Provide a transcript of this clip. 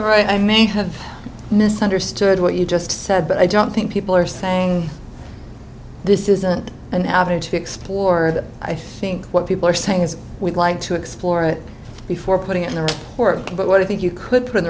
right i may have misunderstood what you just said but i don't think people are saying this isn't an average fix poor that i think what people are saying is we'd like to explore it before putting in the work but what i think you could put in